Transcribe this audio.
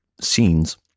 scenes